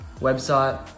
website